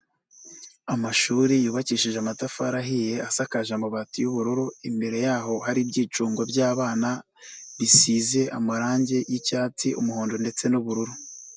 Amashuri yubakishije amatafari ahiye, asakaje amabati y'ubururu, imbere yaho hari ibyicungo by'abana bisize amarangi y'icyatsi, umuhondo ndetse n'ubururu.